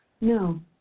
No